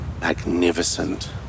Magnificent